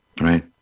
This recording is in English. right